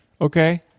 okay